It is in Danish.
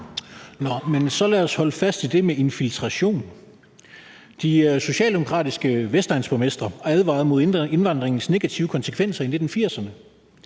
så lad os holde fast i det med infiltration. De socialdemokratiske vestegnsborgmestre advarede mod indvandringens negative konsekvenser i 1980'erne.